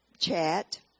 chat